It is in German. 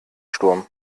sturm